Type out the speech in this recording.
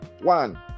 one